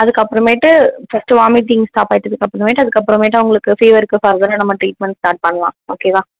அதுக்கப்பறமேட்டு first vomiting stop ஆயிட்டதுக்கு அப்புறமேட்டு அதுக்கப்புறமேட்டு அவங்களுக்கு ஃபீவருக்கு ஃபர்தராக நம்ம ட்ரீட்மெண்ட் ஸ்டார்ட் பண்ணலாம் ஓகேவா